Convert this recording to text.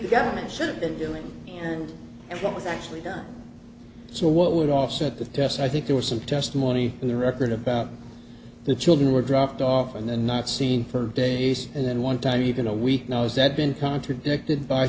the government should have been doing and what was actually done so what would offset the test i think there was some testimony on the record about the children were dropped off and then not seen for days and then one time even a week now said been contradicted by